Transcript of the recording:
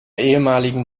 ehemaligen